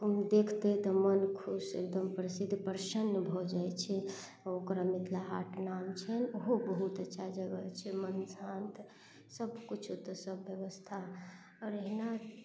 देखतै तऽ मन खुश एकदम प्रसिद्ध प्रसन्न भऽ जाइ छै ओकरा मिथिला हाट नाम छै ओहो बहुत अच्छा जगह छै मन शान्त सब किछु ओतऽ सब व्यवस्था आओर एहना